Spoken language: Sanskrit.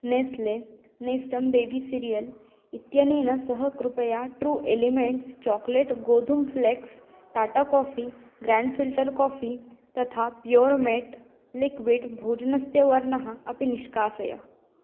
नेस्ले नेस्टं बेबी सिरियल् इत्यनेन सह कृपया ट्रू एलिमेण्ट्स् चोकोलेट् गोधूं flakes Tata coffee grand filter coffee तथा प्योर्मेट् लिक्विड् भोजनस्य वर्णः अपि निष्कासय